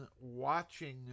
watching